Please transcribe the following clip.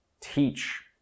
teach